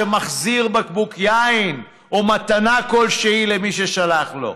שמחזיר בקבוק יין או מתנה כלשהי למי ששלח לו.